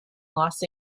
los